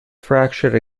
fractured